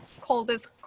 coldest